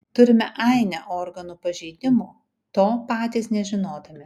turime ainę organų pažeidimų to patys nežinodami